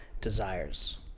desires